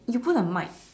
you put the mic